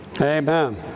Amen